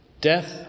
Death